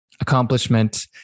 Accomplishment